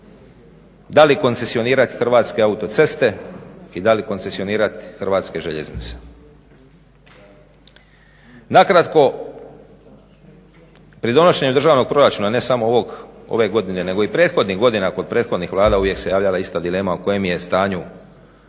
Da li koncesionirati Hrvatske autoceste i da li koncesionirati Hrvatske željeznice? Na kratko pri donošenju državnog proračuna ne samo ovog ove godine nego i prethodnih godina kod prethodnih Vlada uvijek se javljala ista dilema u kojem je stanju